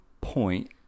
point